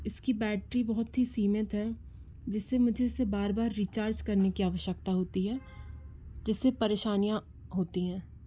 इसकी बैटरी बहुत ही सीमित है जिससे मुझे इसे बार बार रिचार्ज करने की आवश्यकता होती है जिससे परेशानियाँ होती हैं